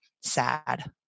sad